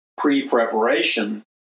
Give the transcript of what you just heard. pre-preparation